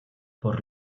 por